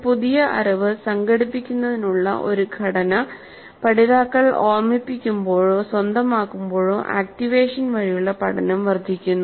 ഈ പുതിയ അറിവ് സംഘടിപ്പിക്കുന്നതിനുള്ള ഒരു ഘടന പഠിതാക്കൾ ഓർമ്മിപ്പിക്കുമ്പോഴോ സ്വന്തമാക്കുമ്പോഴോ ആക്റ്റിവേഷൻ വഴിയുള്ള പഠനം വർദ്ധിക്കുന്നു